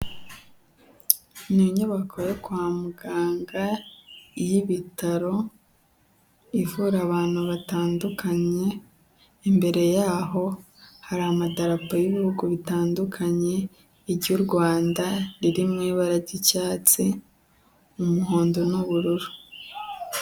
N'inyubako yo kwa muganga y'ibitaro ivura abantu batandukanye, imbere yaho hari amadapo y'ibihugu bitandukanye, iry'u Rwanda riri mu ibara ry'icyatsi, umuhondo n'ubururu.